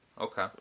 Okay